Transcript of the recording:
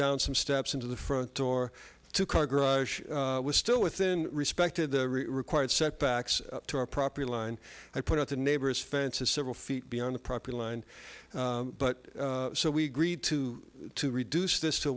down some steps into the front door two car garage was still within respected required setbacks to our property line i put up the neighbor's fences several feet beyond the property line but so we agreed to to reduce this to